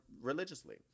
religiously